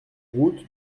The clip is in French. route